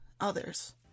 others